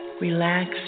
relax